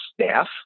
staff